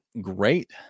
great